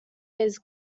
his